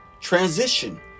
transition